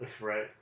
Right